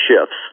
shifts